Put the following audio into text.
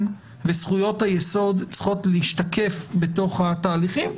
וזכויות היסוד צריכים להשתקף בתהליכים.